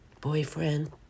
boyfriend